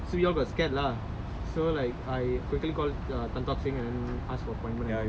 so you all got scared lah so like I quickly call tan-tock-seng and and ask for appointment and all